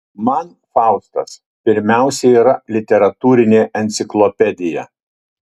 man faustas pirmiausia yra literatūrinė enciklopedija